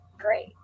great